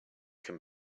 can